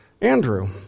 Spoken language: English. Andrew